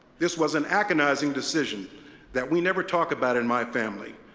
this was an agonizing decision that we never talked about in my family,